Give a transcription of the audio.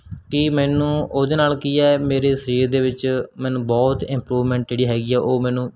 ਕਿ ਮੈਨੂੰ ਉਹਦੇ ਨਾਲ ਕੀ ਹੈ ਮੇਰੇ ਸਰੀਰ ਦੇ ਵਿੱਚ ਮੈਨੂੰ ਬਹੁਤ ਇਮਪਰੂਵਮੈਂਟ ਜਿਹੜੀ ਹੈਗੀ ਆ ਉਹ ਮੈਨੂੰ